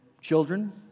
children